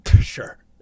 Sure